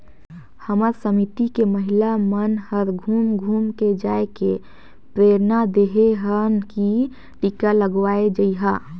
हमर समिति के महिला मन हर घुम घुम के जायके प्रेरना देहे हन की टीका लगवाये जइहा